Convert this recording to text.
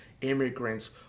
immigrants